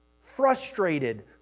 frustrated